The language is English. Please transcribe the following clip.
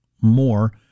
more